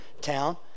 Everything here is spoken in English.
town